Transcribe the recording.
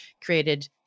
created